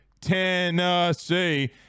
tennessee